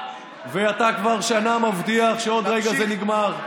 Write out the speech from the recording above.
ואתה כבר שנה מבטיח שעוד רגע זה נגמר,